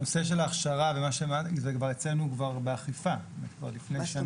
הנושא של ההכשרה אצלנו כבר באכיפה כבר לפני שנה.